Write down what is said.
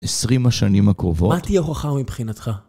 עשרים השנים הקרובות. מה תהיה הוכחה מבחינתך?